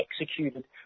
executed